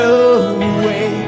away